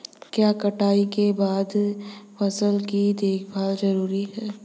क्या कटाई के बाद फसल की देखभाल जरूरी है?